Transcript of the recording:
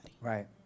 right